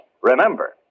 remember